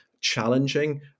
challenging